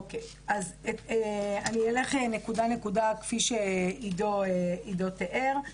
אני אלך נקודה-נקודה, כפי שעידו תיאר.